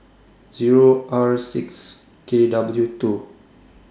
Zero R six K W two